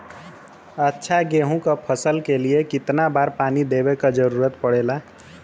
अच्छा गेहूँ क फसल के लिए कितना बार पानी देवे क जरूरत पड़ेला?